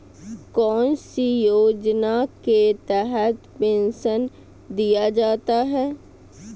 कौन सी योजना के तहत पेंसन दिया जाता है?